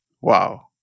Wow